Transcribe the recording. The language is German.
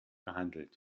gehandelt